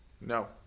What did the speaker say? no